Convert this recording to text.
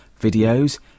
videos